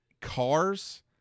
cars